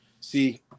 see